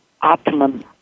optimum